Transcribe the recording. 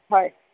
হয়